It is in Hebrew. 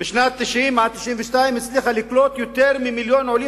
בשנים 1990 1992 היא הצליחה לקלוט יותר ממיליון עולים